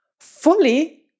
fully